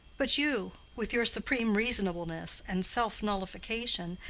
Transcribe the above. but you, with your supreme reasonableness, and self-nullification,